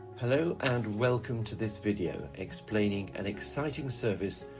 hello and welcome to this video explaining an exciting service,